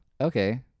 Okay